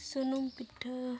ᱥᱩᱱᱩᱢ ᱯᱤᱴᱷᱟᱹ